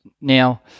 Now